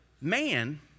man